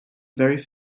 very